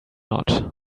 not